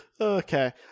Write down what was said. Okay